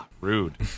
rude